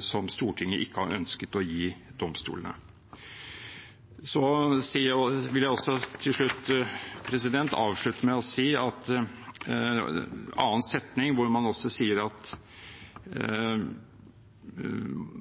som Stortinget ikke har ønsket å gi domstolene. Så vil jeg avslutte med en annen setning, hvor man sier at